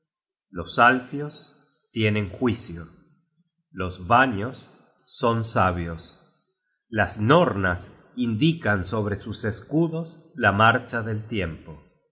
los alfios tienen juicio los vanios son sabios las nornas indican sobre sus escudos la marcha del tiempo